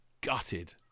gutted